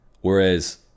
Whereas